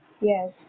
Yes